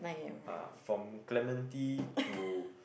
uh from Clementi to